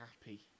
happy